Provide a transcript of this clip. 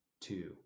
two